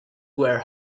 were